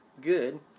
Good